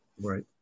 Right